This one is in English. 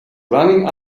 running